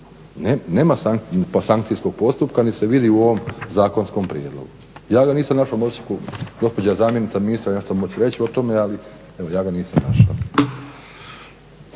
Nema sankcijskog postupka niti se vidi u ovom zakonskom prijedlogu. Ja ga nisam našao, možda će gospođa zamjenica ministra nešto moći reći o tome, ali evo ja ga nisam našao.